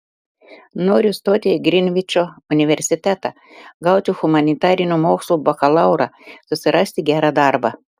noriu stoti į grinvičo universitetą gauti humanitarinių mokslų bakalaurą susirasti gerą darbą